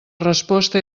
resposta